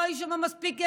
לא היו שם מספיק דוגמים.